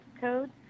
code